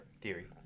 Theory